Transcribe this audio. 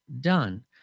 done